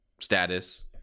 status